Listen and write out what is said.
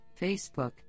Facebook